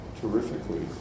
terrifically